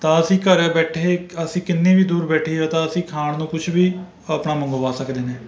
ਤਾਂ ਅਸੀਂ ਘਰ ਬੈਠੇ ਅਸੀਂ ਕਿੰਨੇ ਵੀ ਦੂਰ ਬੈਠੇ ਹਾਂ ਤਾਂ ਅਸੀਂ ਖਾਣ ਨੂੰ ਕੁਛ ਵੀ ਆਪਣਾ ਮੰਗਵਾ ਸਕਦੇ ਨੇ